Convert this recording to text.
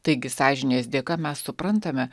taigi sąžinės dėka mes suprantame